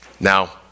Now